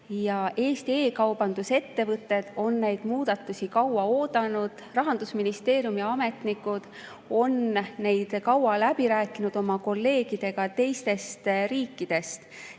Eesti e-kaubanduse ettevõtted on neid muudatusi kaua oodanud, Rahandusministeeriumi ametnikud on neid kaua läbi rääkinud oma kolleegidega teistest riikidest.